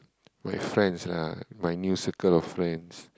my friends lah my new circle of friends